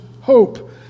hope